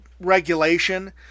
regulation